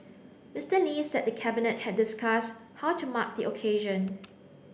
Mister Lee said the Cabinet had discuss how to mark the occasion